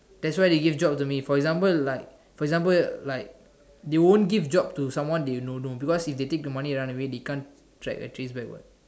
that's why he give job to me for example like for example like they won't give job to someone they don't know because if they take the money and run away they can't track and trace back what